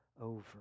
over